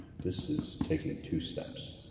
this is taking two steps.